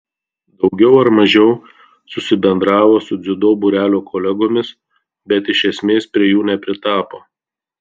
daugiau ar mažiau susibendravo su dziudo būrelio kolegomis bet iš esmės prie jų nepritapo